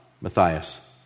Matthias